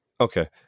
Okay